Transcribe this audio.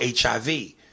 HIV